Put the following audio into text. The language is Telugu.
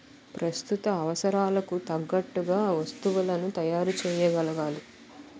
ప్రస్తుత అవసరాలకు తగ్గట్టుగా వస్తువులను తయారు చేయగలగాలి